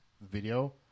video